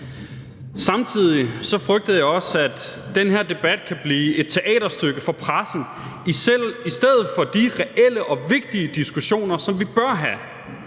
Samtidig frygter jeg også, at den her debat kan blive et teaterstykke for pressen, i stedet for at der kommer de reelle og vigtige diskussioner, som vi bør have,